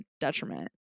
detriment